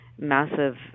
massive